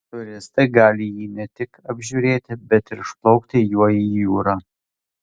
turistai gali jį ne tik apžiūrėti bet ir išplaukti juo į jūrą